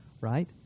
Right